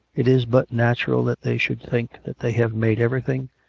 it is but natural that they should think that they have made everything,